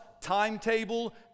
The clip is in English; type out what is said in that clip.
timetable